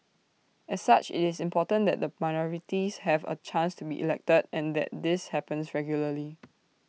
as such IT is important that the minorities have A chance to be elected and that this happens regularly